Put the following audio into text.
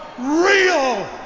real